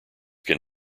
can